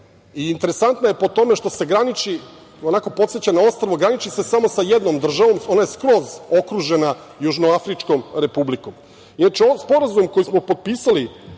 Interesantna je po tome što se graniči, onako podseća na ostrvo. Graniči se samo sa jednom državom. Ona je skroz okružena Južnoafričkom Republikom. Inače, ovaj sporazum koji smo potpisali